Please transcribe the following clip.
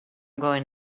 going